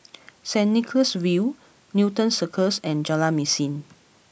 Saint Nicholas View Newton Circus and Jalan Mesin